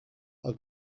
are